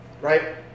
Right